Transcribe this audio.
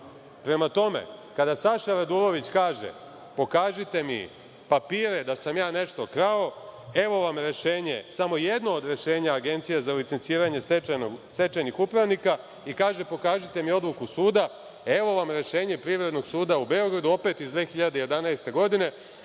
tome, kada Saša Radulović kaže – pokažite mi papire da sam ja nešto krao, evo vam Rešenje, samo jedno od rešenja Agencije za licenciranje agencije stečajnih upravnika i kaže – pokažite mi odluku suda, evo vam Rešenje Privrednog suda u Beogradu, opet iz 2011. godine,